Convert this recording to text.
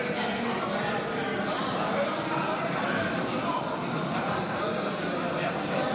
להעביר לוועדה את הצעת חוק המאבק בארגוני פשיעה (תיקון,